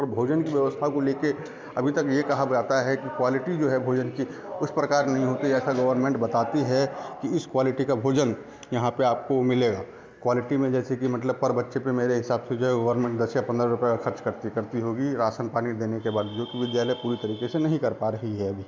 और भोजन की व्यवस्था को लेकर अभी तक यह कहा जाता है कि क्वालिटी जो है भोजन की उस प्रकार नहीं होती ऐसा गवर्नमेंट बताती है कि इस क्वालिटी का भोजन यहाँ पर आपको मिलेगा क्वालिटी में जैसे कि मतलब पर बच्चों पर मेरे हिसाब से जो गवर्नमेंट दस से पंद्रह रुपए खर्च करती करती होगी राशन पानी देने के बाद जो कि विद्यालय पूरी तरीके से नहीं कर पा रही है अभी